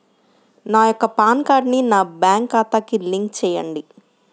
నా యొక్క పాన్ కార్డ్ని నా బ్యాంక్ ఖాతాకి లింక్ చెయ్యండి?